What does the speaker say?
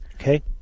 Okay